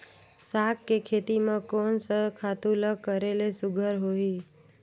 साग के खेती म कोन स खातु ल करेले सुघ्घर होही?